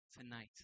tonight